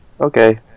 Okay